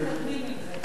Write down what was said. מתקדמים עם זה.